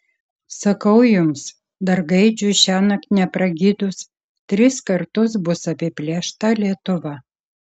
sakau jums dar gaidžiui šiąnakt nepragydus tris kartus bus apiplėšta lietuva